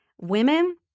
women